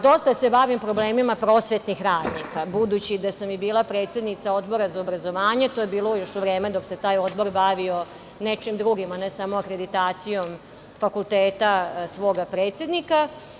Dosta se bavim problemima prosvetnih radnika, budući da sam i bila predsednica Odbora za obrazovanje, to je bilo još u vreme dok se taj odbor bavio nečim drugim, a ne samo akreditacijom fakulteta svoga predsednika.